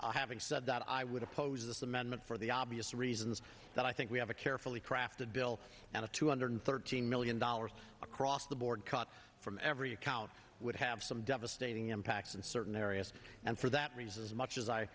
having said that i would oppose this amendment for the obvious reasons that i think we have a carefully crafted bill and a two hundred thirteen million dollars across the board cut from every account would have some devastating impacts in certain areas and for that reason as much as i